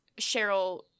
Cheryl